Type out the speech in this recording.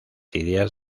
ideas